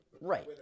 right